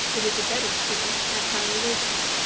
it is a better school, at higher wages.